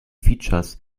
features